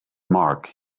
mark